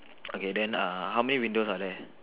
okay then uh how many windows are there